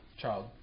child